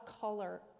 color